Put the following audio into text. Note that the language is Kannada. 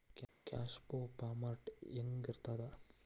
ಕ್ಯಾಷ್ ಫೋ ಫಾರ್ಮ್ಯಾಟ್ ಹೆಂಗಿರ್ತದ?